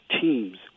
teams